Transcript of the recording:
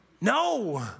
No